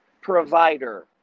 provider